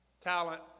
talent